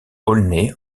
aulnay